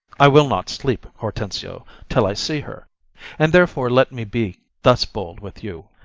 i will not sleep, hortensio, till i see her and therefore let me be thus bold with you,